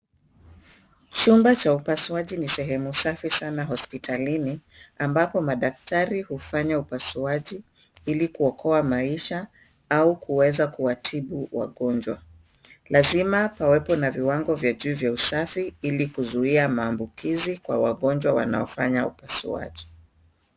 Chumba cha upasuaji ni sehemu safi sana hospitalini, ambapo madaktari hufanya upasuaji ili kuokoa maisha au kuweza kuwatibu wagonjwa. Lazima pawepo na viwango vya juu vya usafi ili kuzuia maambukizi kwa wagonjwa wanaofanya upasuaji.